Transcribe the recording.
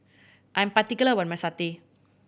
I am particular about my satay